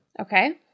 Okay